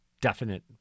definite